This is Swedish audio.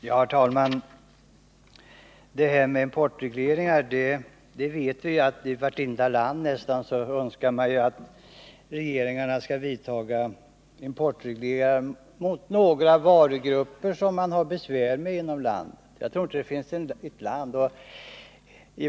Herr talman! När det gäller detta med importregleringar vet vi att i vartenda land önskar man att landets regering skall genomföra importreglering för några varugrupper som man har besvär med inom landet. Jag tror inte det finns något land där det inte är på detta sätt.